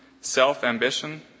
self-ambition